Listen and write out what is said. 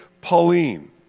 Pauline